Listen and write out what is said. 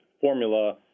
formula